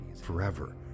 forever